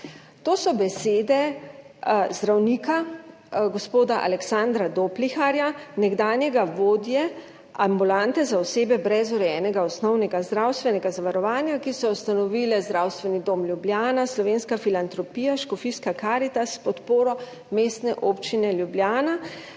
To so besede zdravnika gospoda Aleksandra Dopliharja, nekdanjega vodje ambulante za osebe brez urejenega osnovnega zdravstvenega zavarovanja, ki so jo ustanovili Zdravstveni dom Ljubljana, Slovenska filantropija, Škofijska Karitas s podporo Mestne občine Ljubljana,